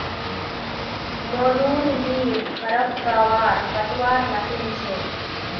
मोलूर ली खरपतवार कटवार मशीन छेक